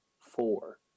four